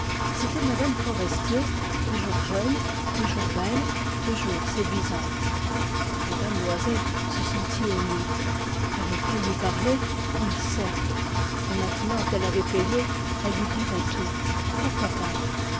c'était m forestier toujours jeune toujours belle toujours séduisante m loisel se sentit émue allait-elle lui parler oui certes et maintenant qu'elle avait payé elle lui dirait tout pourquoi pas